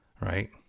Right